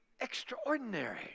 extraordinary